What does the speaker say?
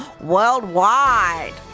worldwide